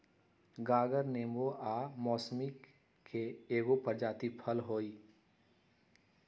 गागर नेबो आ मौसमिके एगो प्रजाति फल हइ